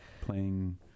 playing